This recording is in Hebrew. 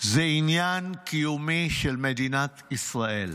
שזה עניין קיומי של מדינת ישראל.